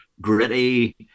gritty